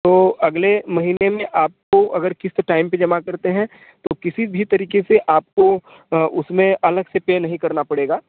तो अगले महीने मे आप तो अगर किसी टाइम पर जमा करते हैं तो किसी भी तरीक़े से आपको उस में अलग से पे नहीं करना पड़ेगा